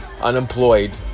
Unemployed